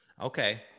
Okay